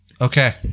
Okay